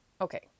Okay